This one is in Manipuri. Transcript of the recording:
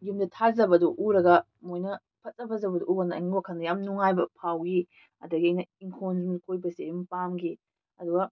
ꯌꯨꯝꯗ ꯊꯥꯖꯕꯗꯨ ꯎꯔꯒ ꯃꯣꯏꯅ ꯐꯖ ꯐꯖꯕꯗꯨ ꯎꯀꯥꯟꯗ ꯑꯩꯒꯤ ꯋꯥꯈꯜꯗ ꯌꯥꯝꯅ ꯅꯨꯡꯉꯥꯏꯕ ꯐꯥꯎꯈꯤ ꯑꯗꯒꯤ ꯑꯩꯅ ꯏꯪꯈꯣꯜ ꯀꯣꯏꯕꯁꯤ ꯑꯗꯨꯝ ꯄꯥꯝꯈꯤ ꯑꯗꯨꯒ